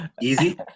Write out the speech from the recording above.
Easy